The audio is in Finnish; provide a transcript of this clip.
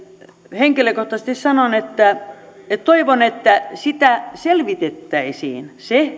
henkilökohtaisesti sanon ja toivon että sitä selvitettäisiin